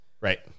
Right